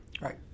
Right